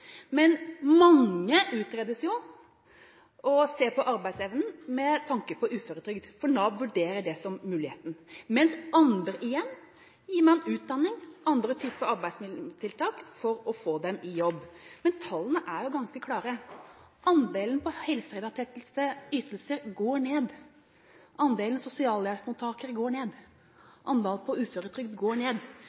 Mange utredes, og man ser på arbeidsevnen deres med tanke på uføretrygd, for Nav vurderer det som en mulighet. Andre igjen gir man utdanning eller andre typer arbeidsmarkedstiltak for å få dem i jobb. Men tallene er ganske klare: Andelen helserelaterte ytelser går ned, andelen sosialhjelpsmottakere går ned, og andelen uføretrygdede går ned.